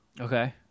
Okay